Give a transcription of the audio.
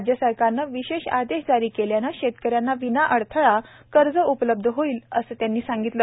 राज्य सरकारनं विशेष आदेश जारी केल्यानं शेतकऱ्यांना विना अडथळा कर्ज उपलब्ध होईल असं त्यांनी सांगितलं